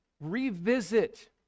revisit